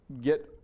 get